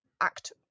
act